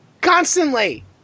Constantly